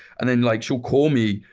and then like she'll call me,